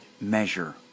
measure